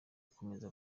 akomeza